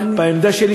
בעמדה שלי,